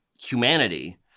humanity